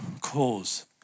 cause